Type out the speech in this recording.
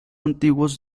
antiguos